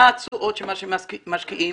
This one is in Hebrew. מה התשואות של ההשקעות,